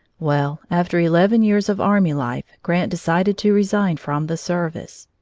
well, after eleven years of army life, grant decided to resign from the service.